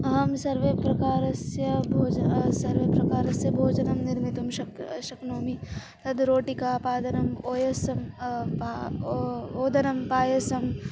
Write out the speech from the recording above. अहं सर्वे प्रकारस्य भोजनं सर्वे प्रकारस्य भोजनं निर्मातुं शक् शक्नोमि तद् रोटिका पादनम् ओयसं पा ओ ओदनं पायसम्